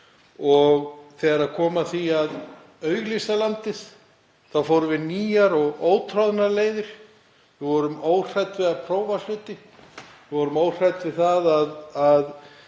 Og þegar kom að því að auglýsa landið þá fórum við nýjar og ótroðnar slóðir. Við vorum óhrædd við að prófa hluti, vorum óhrædd við að ná